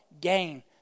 Gain